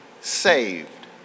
saved